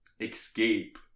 escape